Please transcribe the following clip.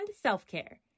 self-care